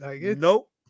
Nope